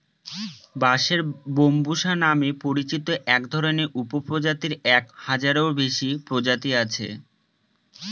বাঁশের ব্যম্বুসা নামে পরিচিত একধরনের উপপ্রজাতির এক হাজারেরও বেশি প্রজাতি আছে